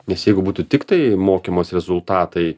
nes jeigu būtų tiktai mokymos rezultatai